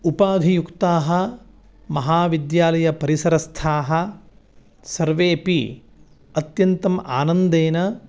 उपाधियुक्ताः महाविद्यालयपरिसरस्थाः सर्वेऽपि अत्यन्तम् आनन्देन